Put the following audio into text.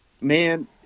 man